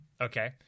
Okay